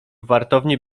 wartowni